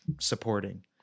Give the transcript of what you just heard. supporting